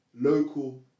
local